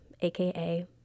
AKA